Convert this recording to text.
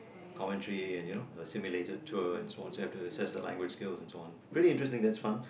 commentary and you know a simulated tour and so on so I have to assess their language skills and so on pretty interesting it's fun